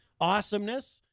Awesomeness